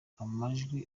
amajwi